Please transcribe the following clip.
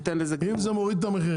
רק אם זה מוריד את המחיר,